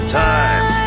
time